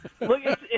look